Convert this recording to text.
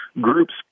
groups